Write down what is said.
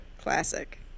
Classic